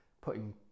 putting